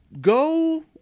Go